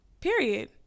period